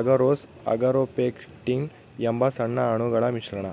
agarose agaropectin ಎಂಬ ಸಣ್ಣ ಅಣುಗಳ ಮಿಶ್ರಣ